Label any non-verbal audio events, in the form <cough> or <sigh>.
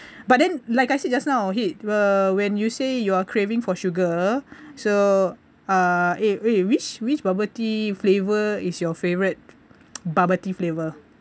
<breath> but then like I said just now hit uh when you say you are craving for sugar so uh eh eh which which bubble tea flavour is your favourite bubble tea flavour